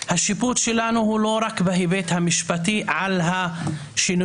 השיפוט שלנו הוא לא רק בהיבט המשפטי על השינויים